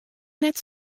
net